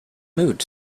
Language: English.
mood